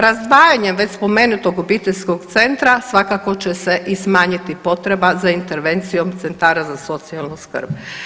Razdvajanjem već spomenutog obiteljskog centra svakako će se i smanjiti potreba za intervencijom centara za socijalnu skrb.